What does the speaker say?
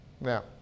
Now